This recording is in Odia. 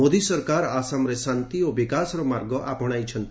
ମୋଦୀ ସରକାର ଆସାମରେ ଶାନ୍ତି ଓ ବିକାଶର ମାର୍ଗ ଆପଣାଇଛନ୍ତି